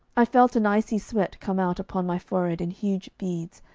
i felt an icy sweat come out upon my forehead in huge beads,